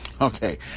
okay